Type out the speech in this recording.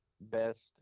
best